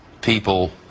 people